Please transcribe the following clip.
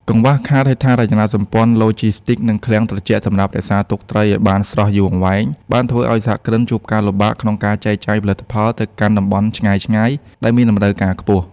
កង្វះខាតហេដ្ឋារចនាសម្ព័ន្ធឡូជីស្ទីក និងឃ្លាំងត្រជាក់សម្រាប់រក្សាទុកត្រីឱ្យបានស្រស់យូរអង្វែង បានធ្វើឱ្យសហគ្រិនជួបការលំបាកក្នុងការចែកចាយផលិតផលទៅកាន់តំបន់ឆ្ងាយៗដែលមានតម្រូវការខ្ពស់។